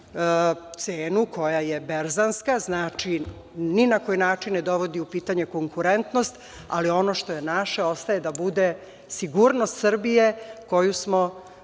cenu koja je berzanska. Znači, ni na koji način ne dovodi u pitanje konkurentnost, ali ono što je naše, ostaje da bude sigurnost Srbije koju smo